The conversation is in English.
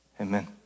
amen